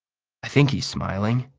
i think he's smiling.